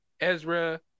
Ezra